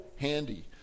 handy